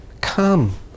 come